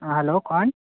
हाँ हलो कौन